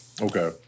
Okay